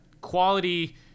quality